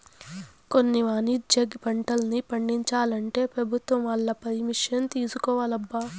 కొన్ని వాణిజ్య పంటల్ని పండించాలంటే పెభుత్వం వాళ్ళ పరిమిషన్ తీసుకోవాలబ్బా